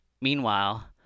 Meanwhile